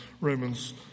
Romans